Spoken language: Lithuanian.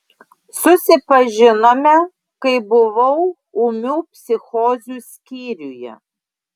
susipažinome kai buvau ūmių psichozių skyriuje